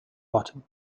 bottom